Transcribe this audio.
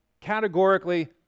categorically